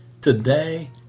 today